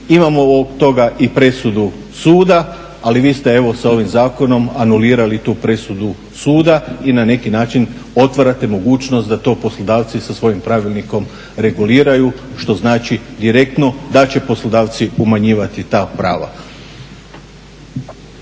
Imamo od toga i presudu suda, ali vi ste evo sa ovim zakonom anulirali tu presudu suda i na neki način otvarate mogućnost da to poslodavci sa svojim pravilnikom reguliraju što znači direktno da će poslodavci umanjivati ta prava.